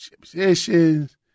positions